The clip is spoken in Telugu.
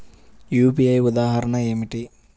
యూ.పీ.ఐ ఉదాహరణ ఏమిటి?